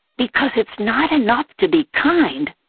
because it's not enough to be kind.